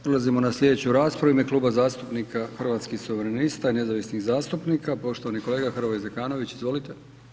Prelazimo na slijedeću raspravu, u ime Kluba zastupnika Hrvatskih suverenista i nezavisnih zastupnika, poštovani kolega Hrvoje Zekanović, izvolite.